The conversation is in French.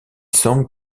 semble